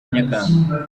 nyakanga